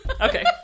Okay